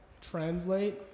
translate